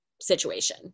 situation